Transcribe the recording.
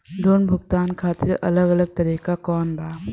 Loan भुगतान खातिर अलग अलग तरीका कौन बा?